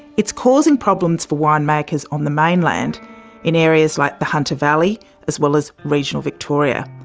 it's causing problems for winemakers on the mainland in areas like the hunter valley as well as regional victoria.